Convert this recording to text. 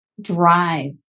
drive